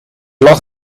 lag